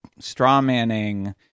strawmanning